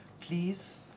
please